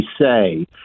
say